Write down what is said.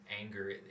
anger